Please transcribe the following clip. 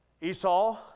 Esau